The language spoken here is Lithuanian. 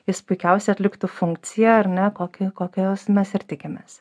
jis puikiausiai atliktų funkciją ar ne kokį kokios mes ir tikimės